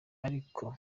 ariko